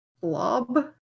blob